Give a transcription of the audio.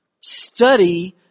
Study